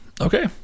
Okay